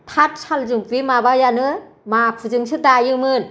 थाथ सालजों बे माबायानो माखुजोंसो दायोमोन